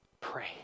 pray